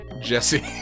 Jesse